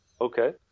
Okay